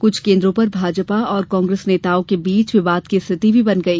कुछ केन्द्रों पर भाजपा और कांग्रेस कार्यकर्ताओं के बीच विवाद की स्थिति भी बन गई